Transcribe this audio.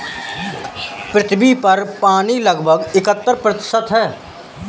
पृथ्वी पर पानी लगभग इकहत्तर प्रतिशत है